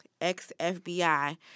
ex-fbi